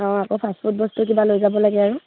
অঁ আকৌ ফাষ্টফুড বস্তু কিবা লৈ যাব লাগে আৰু